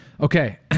Okay